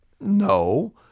No